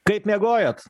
kaip miegojot